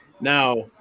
Now